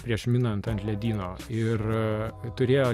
prieš minant ant ledyno ir turėjo